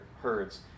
herds